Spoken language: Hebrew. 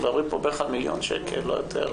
אנחנו מדברים כאן על מיליון שקלים ולא יותר.